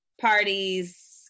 parties